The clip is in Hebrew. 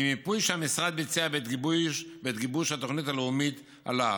ממיפוי שהמשרד הציע בעת גיבוש התוכנית הלאומית עלה